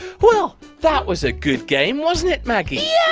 well, that was a good game, wasn't it maggie?